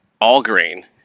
all-grain